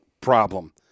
problem